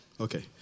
Okay